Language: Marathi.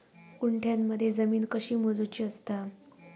गुंठयामध्ये जमीन कशी मोजूची असता?